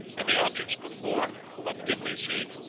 and the objects before but dimly seen,